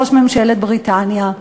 ראש ממשלת בריטניה.